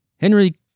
Henry